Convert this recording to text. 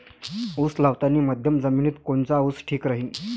उस लावतानी मध्यम जमिनीत कोनचा ऊस ठीक राहीन?